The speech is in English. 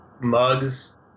mugs